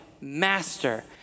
master